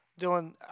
Dylan